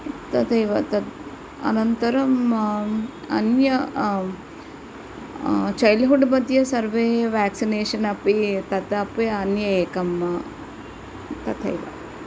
तदेव तत् अनन्तरं अन्य चैल्ड्हुड् मध्ये सर्वे व्याक्सिनेशन् अपि तदपि अन्य एकम् तथैव